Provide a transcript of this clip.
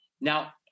Now